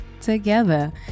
together